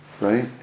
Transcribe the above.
right